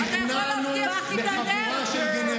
תסגרו את התקשורת כדי שלא יסתכלו כמה אתם